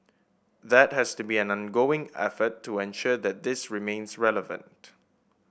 that has to be an ongoing effort to ensure that this remains relevant